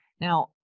Now